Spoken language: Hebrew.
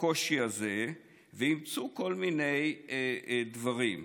בקושי הזה ואימצו כל מיני דברים,